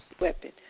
weapon